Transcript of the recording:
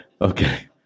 Okay